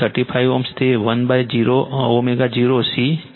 35 Ω તે 1ω0 C છે